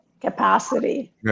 capacity